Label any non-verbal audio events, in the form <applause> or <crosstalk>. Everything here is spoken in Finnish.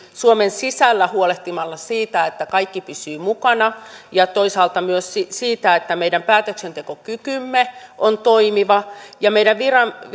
suomen sisällä huolehtimalla siitä että kaikki pysyvät mukana ja toisaalta myös siitä että meidän päätöksentekokykymme on toimiva ja meidän viranomaisten <unintelligible>